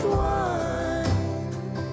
wine